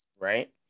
right